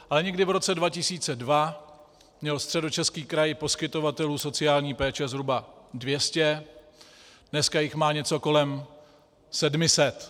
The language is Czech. Ale někdy v roce 2002 měl Středočeský kraj poskytovatelů sociální péče zhruba 200, dneska jich má něco kolem 700.